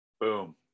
Boom